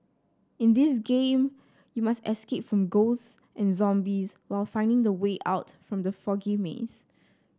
in this game you must escape from ghost and zombies while finding the way out from the foggy maze